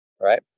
right